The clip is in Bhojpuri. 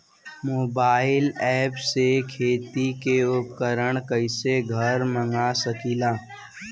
मोबाइल ऐपसे खेती के उपकरण कइसे घर मगा सकीला?